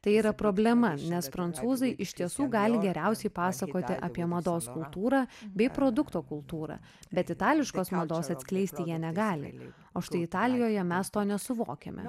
tai yra problema nes prancūzai iš tiesų gali geriausiai pasakoti apie mados kultūrą bei produkto kultūrą bet itališkos mados atskleisti jie negali o štai italijoje mes to nesuvokiame